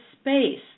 space